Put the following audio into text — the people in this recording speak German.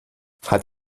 hat